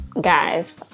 guys